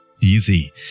Easy